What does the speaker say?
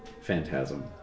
phantasm